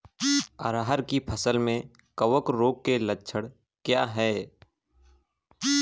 अरहर की फसल में कवक रोग के लक्षण क्या है?